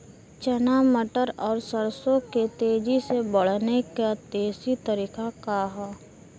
चना मटर और सरसों के तेजी से बढ़ने क देशी तरीका का ह?